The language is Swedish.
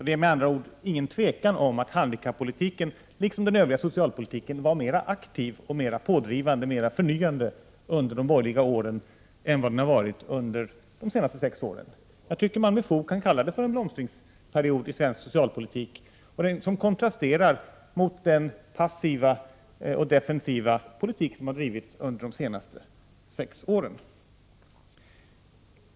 Det är således inget tvivel om att handikappolitiken, liksom den övriga socialpolitiken, var mer aktiv, mer pådrivande och mer förnyande under de borgerliga åren än vad den har varit under de senaste sex åren. Jag tycker att man med fog kan kalla det för en blomstringsperiod i svensk socialpolitik, som kontrasterar mot den passiva och defensiva politik som har drivits under de senaste sex åren.